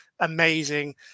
amazing